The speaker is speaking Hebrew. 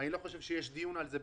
אין על זה דיון בכלל.